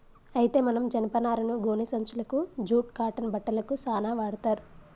అయితే మనం జనపనారను గోనే సంచులకు జూట్ కాటన్ బట్టలకు సాన వాడ్తర్